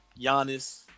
Giannis